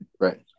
Right